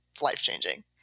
life-changing